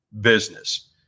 business